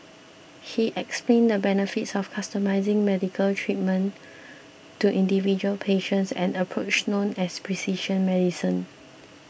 he explained the benefits of customising medical treatment to individual patients an approach known as precision medicine